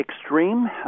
extreme